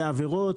לעבירות,